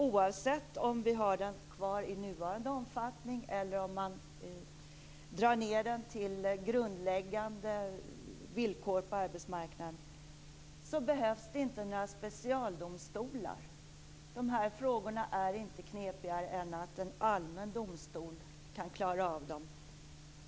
Oavsett om vi har den kvar i nuvarande omfattning eller om vi drar ned den till grundläggande villkor på arbetsmarknaden behövs det inte några specialdomstolar. De här frågorna är inte knepigare än att en allmän domstol kan klara av dem.